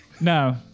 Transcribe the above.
No